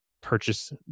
purchase